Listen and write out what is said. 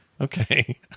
Okay